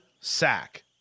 sack